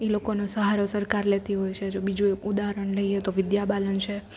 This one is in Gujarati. ઈ લોકોનો સહારો સરકાર લેતી હોય છે જો બીજો એક ઉદાહરણ લઈએ તો વિદ્યા બાલન છે